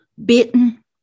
Bitten